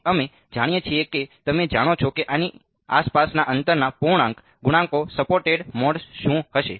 તેથી અમે જાણીએ છીએ કે તમે જાણો છો કે આની આસપાસના અંતરના પૂર્ણાંક ગુણાંકો સપોર્ટેડ મોડ્સ શું હશે